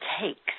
takes